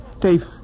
Dave